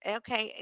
okay